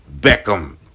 Beckham